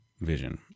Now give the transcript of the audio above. vision